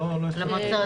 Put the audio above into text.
לא הקשבתי.